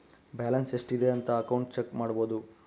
balance ಎಷ್ಟ್ ಇದೆ ಅಂತ ಅಕೌಂಟ್ ಚೆಕ್ ಮಾಡಬೋದು